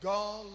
God